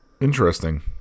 interesting